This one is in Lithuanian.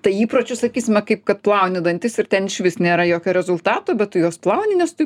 tai įpročiu sakysime kaip kad plauni dantis ir ten išvis nėra jokio rezultato bet tu juos plauni nes tu